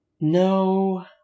No